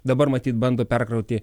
dabar matyt bando perkrauti